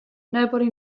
nobody